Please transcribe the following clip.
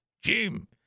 Jim